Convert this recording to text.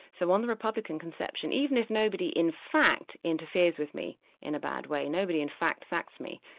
so on the republican conception, even if nobody in fact interferes with me in a bad way, nobody in fact, sacks me,